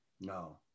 no